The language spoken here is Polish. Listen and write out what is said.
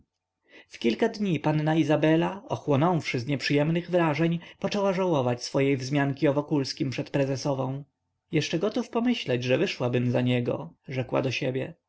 w kilka dni panna izabela ochłonąwszy z nieprzyjemnych wrażeń poczęła żałować swojej wzmianki o wokulskim przed prezesową jeszcze gotów pomyśleć że wyszłabym za niego rzekła do siebie